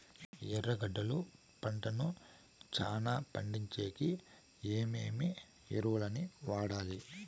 ఎర్రగడ్డలు పంటను చానా పండించేకి ఏమేమి ఎరువులని వాడాలి?